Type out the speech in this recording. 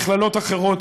מכללות אחרות.